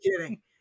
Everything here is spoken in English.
kidding